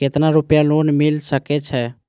केतना रूपया लोन मिल सके छै?